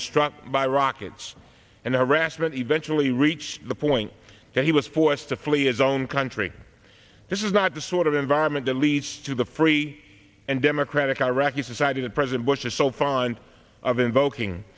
was struck by rockets and harassment eventually reach the point that he was forced to flee his own country this is not the sort of environment that leads to the free and democratic iraqi society that president bush is so fond of invoking